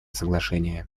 соглашение